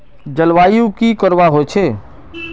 जलवायु की करवा होचे?